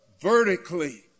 vertically